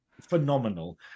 phenomenal